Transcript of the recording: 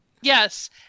yes